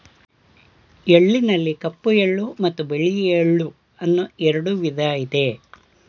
ಎಳ್ಳಿನಲ್ಲಿ ಕಪ್ಪು ಎಳ್ಳು ಮತ್ತು ಬಿಳಿ ಎಳ್ಳು ಅನ್ನೂ ಎರಡು ವಿಧ ಇದೆ